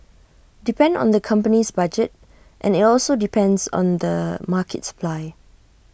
depend on the company's budget and IT also depends on the market supply